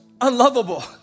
unlovable